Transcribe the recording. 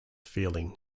feeling